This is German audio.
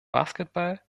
basketball